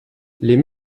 les